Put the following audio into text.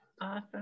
Awesome